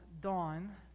Dawn